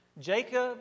Jacob